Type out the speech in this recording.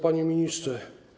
Panie Ministrze!